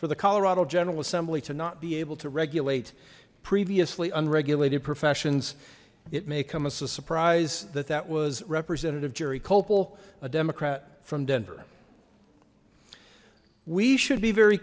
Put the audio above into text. for the colorado general assembly to not be able to regulate previously unregulated professions it may come as a surprise that that was representative jerry copal a democrat from denver we should be very